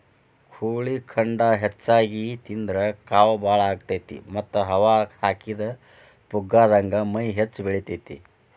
ಕೋಳಿ ಖಂಡ ಹೆಚ್ಚಿಗಿ ತಿಂದ್ರ ಕಾವ್ ಬಾಳ ಆಗತೇತಿ ಮತ್ತ್ ಹವಾ ಹಾಕಿದ ಪುಗ್ಗಾದಂಗ ಮೈ ಹೆಚ್ಚ ಬೆಳಿತೇತಿ